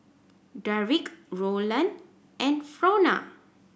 Derrick Rolland and Frona